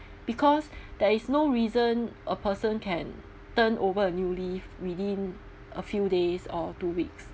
because there is no reason a person can turnover a new leaf within a few days or two weeks